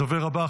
הדובר הבא,